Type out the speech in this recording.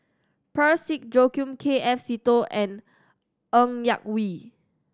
Parsick Joaquim K F Seetoh and Ng Yak Whee